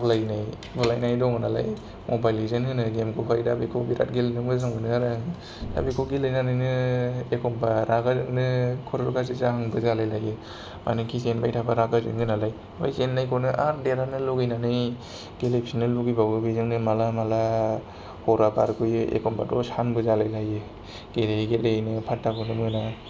गावलायनाय बुलायनाय दङ नालाय मबाइल लेजेन्ड होनो गेमखौहाय दा बेखौ बेराद गेलेनो मोजां मोनो आरो आं दाबेखौ गेलेनानैनो एखमबा रागाजोंनो खर' गाज्रि जाहांबो जालाय लायो मानोखि जेनबाय थाबा रागा जोङो नालाय बै जेननायखौ आरो देरहानो लुगैनानै गेलेफिननो लुगैबावो बेजोंनो माला माला हरा गारबोयो एखमबाथ' सानबो जालाय लायो गेलेयै गेलेयै नो पात्ताखौनो मोना